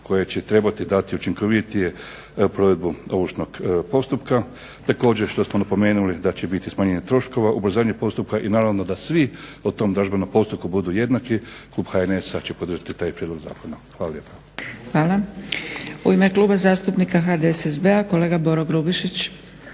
koje će trebati dati učinkovitije provedbu ovršnog postupka također što smo napomenuli da će biti smanjenje troškova, ubrzanje postupka i naravno da svi u tom dražbenom postupku budu jednaki klub HNS-a će podržati taj prijedlog zakona. Hvala lijepa. **Zgrebec, Dragica (SDP)** Hvala. U ime Kluba zastupnika HDSSB-a kolega Boro Grubišić.